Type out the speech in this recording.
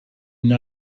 une